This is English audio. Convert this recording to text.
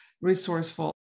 resourceful